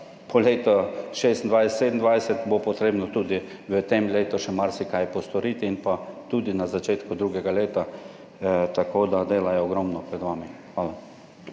po letu 2026, 2027 bo potrebno tudi v tem letu še marsikaj postoriti in pa tudi na začetku drugega leta, tako da dela je ogromno pred vami. Hvala.